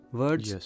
words